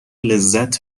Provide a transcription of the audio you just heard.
لذت